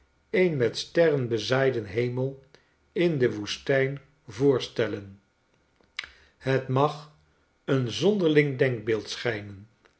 een met sterren bezaaiden hemel in de woestijn voorstellen het mag een zonderling denkbeeld schijnen